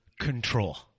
control